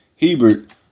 Hebert